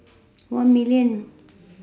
one million